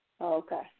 Okay